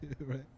Right